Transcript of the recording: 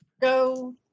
go